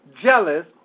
jealous